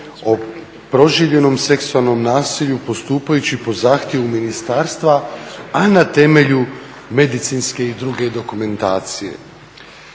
o proživljenom seksualnom nasilju postupajući po zahtjevu ministarstva, a na temelju medicinske i druge dokumentacije.